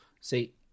See